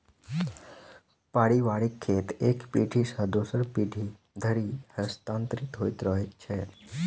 पारिवारिक खेत एक पीढ़ी सॅ दोसर पीढ़ी धरि हस्तांतरित होइत रहैत छै